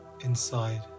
inside